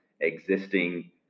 existing